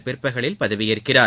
பிற்பகலில் பதவியேற்கிறார்